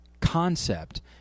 concept